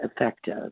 effective